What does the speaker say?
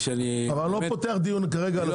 אבל אני לא פותח דיון כרגע על הסופרים.